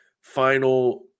final